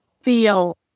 feel